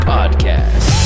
Podcast